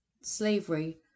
slavery